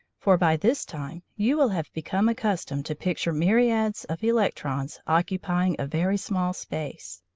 for by this time you will have become accustomed to picture myriads of electrons occupying a very small space.